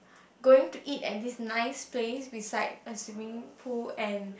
going to eat at this nice place beside a swimming pool and